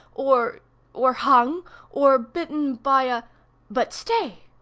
or or hung or bitten by a but stay!